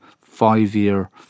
five-year